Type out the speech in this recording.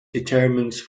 determines